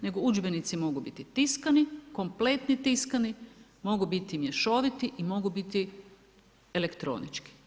Nego udžbenici mogu biti tiskani, kompletni tiskani, mogu biti mješoviti i mogu biti elektronički.